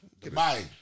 goodbye